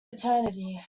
eternity